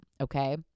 okay